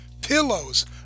pillows